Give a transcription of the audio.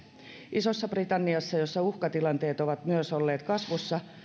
isossa britanniassa jossa uhkatilanteet ovat myös olleet kasvussa